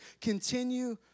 continue